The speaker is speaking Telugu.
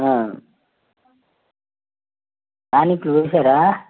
టానిక్ వేసారా